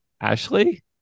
Ashley